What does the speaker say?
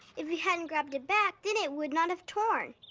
if you hadn't grabbed it back then it would not have torn.